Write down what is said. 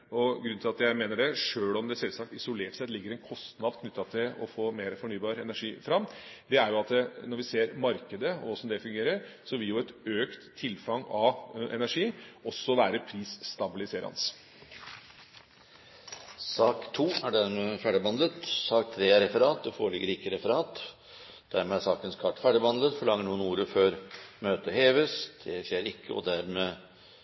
Grunnen til at jeg mener det, sjøl om det sjølsagt isolert sett ligger en kostnad knyttet til å få mer fornybar energi fram, er at når vi ser på hvordan markedet fungerer, vil et økt tilfang av energi også være prisstabiliserende. Sak nr. 2 er dermed ferdigbehandlet. Det foreligger ikke noe referat. Dermed er dagens kart ferdigbehandlet. Forlanger noen ordet før møtet